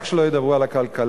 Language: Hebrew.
רק שלא ידברו על הכלכלה,